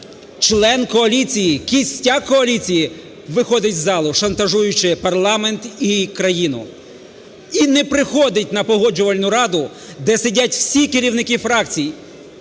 Член коаліції, кістяк коаліції виходить із залу, шантажуючи парламент і країну, і не приходить на Погоджувальну раду, де сидять всі керівники фракцій